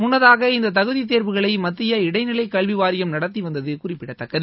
முன்னதாக இந்த தகுதி தேர்வுகளை மத்திய இடைநிலை கல்வி வாரியம் நடத்தி வந்தது குறிப்பிடத்தக்கது